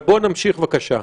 אבל בוא נמשיך, בבקשה,